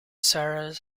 sarah